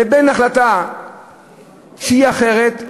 לבין החלטה שהיא אחרת,